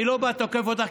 אני לא בא ותוקף אותך.